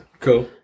Cool